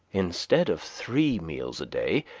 instead of three meals a day,